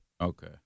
Okay